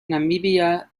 namibia